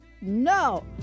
No